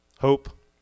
Hope